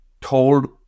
told